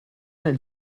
nel